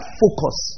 focus